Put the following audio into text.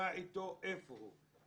מה איתו, איפה הוא?